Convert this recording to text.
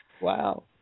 Wow